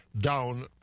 down